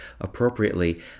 Appropriately